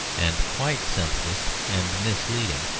and quite senseless and misleading.